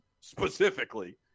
specifically